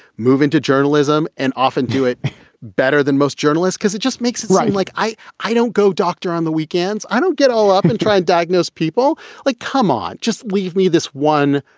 move into journalism and often do it better than most journalists because it just makes it right. like, i, i don't go doctor on the weekends. i don't get up and try and diagnose people like, come on, just leave me this one.